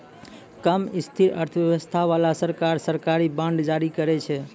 कम स्थिर अर्थव्यवस्था बाला सरकार, सरकारी बांड जारी करै छै